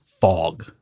fog